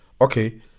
Okay